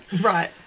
Right